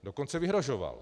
Dokonce vyhrožoval.